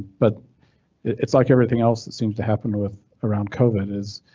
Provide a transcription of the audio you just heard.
but it's like everything else, it seems to happen with around covid is.